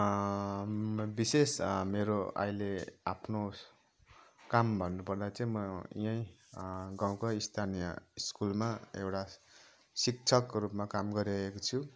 विशेष मेरो अहिले आफ्नो काम भन्नुपर्दा चाहिँ म यहीँ गाउँकै स्थानीय स्कुलमा एउटा शिक्षकको रूपमा काम गरिरहेको छु